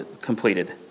completed